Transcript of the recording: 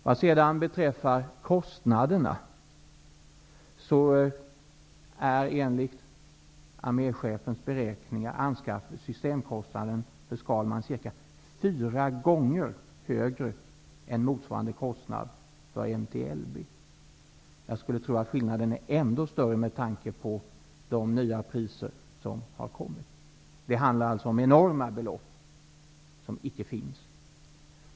Vad beträffar kostnaderna är enligt arméchefens beräkningar anskaffnings och systemkostnaden för Skalman cirka fyra gånger högre än motsvarande kostnad för MT-LB. Jag skulle tro att skillnaden är ännu större med tanke på de nya priserna. Det handlar alltså om enorma belopp, som vi inte har.